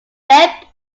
rip